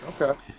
okay